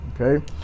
Okay